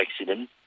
accident